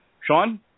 Sean